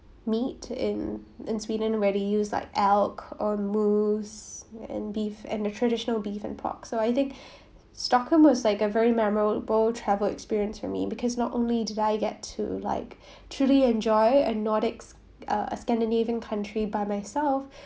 meat in in sweden where they use like elk or moose and beef and the traditional beef and pork so I think stockholm was like a very memorable travel experience for me because not only do I get to like truly enjoy a nordic s~ uh a scandinavian country by myself